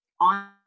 on